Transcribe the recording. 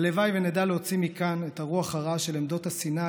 הלוואי שנדע להוציא מכאן את הרוח הרעה של עמדות השנאה,